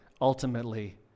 Ultimately